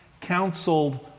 counseled